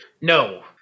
No